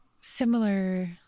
similar